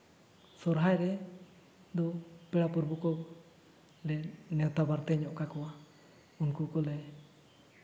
ᱥᱚᱦᱚᱨᱟᱭ ᱨᱮᱫᱚ ᱯᱮᱲᱟ ᱯᱨᱚᱵᱷᱩ ᱠᱚ ᱞᱮ ᱱᱮᱶᱛᱟ ᱵᱟᱨᱛᱮ ᱧᱚᱜ ᱠᱟᱠᱚᱣᱟ ᱩᱱᱠᱩ ᱠᱚᱞᱮ